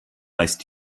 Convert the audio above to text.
heißt